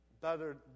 better